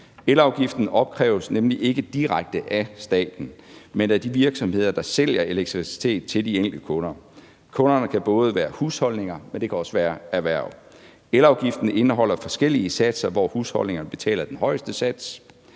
Elafgiften opkræves nemlig ikke direkte af staten, men af de virksomheder, der sælger elektricitet til de enkelte kunder. Kunderne kan både være husholdninger, men det kan også være erhverv. Elafgiften indeholder forskellige satser, hvor husholdninger betaler den højeste sats.